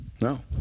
No